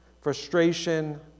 frustration